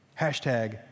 Hashtag